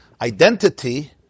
Identity